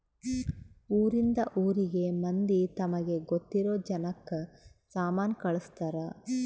ಊರಿಂದ ಊರಿಗೆ ಮಂದಿ ತಮಗೆ ಗೊತ್ತಿರೊ ಜನಕ್ಕ ಸಾಮನ ಕಳ್ಸ್ತರ್